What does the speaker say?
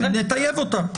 ונטייב אותה.